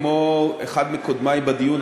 כמו אחד מקודמי בדיון,